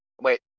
Wait